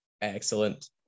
Excellent